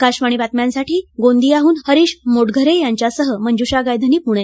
आकाशवाणी बातम्यासाठी गोंदियाहून हरिश मोटघरे यांच्यासह मंज्षा गायधनी पुणे